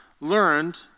learned